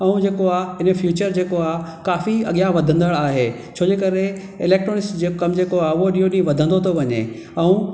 ऐं जेको आ हिनजो फ़्यूचर जेको आ काफ़ी अॻियां वधंदड़ आहे छोजे करे इलेक्ट्रिक कमु जेको आ उहो ॾींहों ॾींहुं वधन्दो थो वञे ऐं